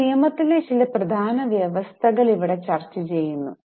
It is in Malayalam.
ഇപ്പോൾ നിയമത്തിലെ ചില പ്രധാന വ്യവസ്ഥകൾ ഇവിടെ ചർച്ചചെയ്യുന്നു